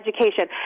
education